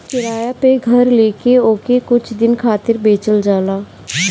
किराया पअ घर लेके ओके कुछ दिन खातिर बेचल जाला